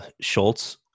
Schultz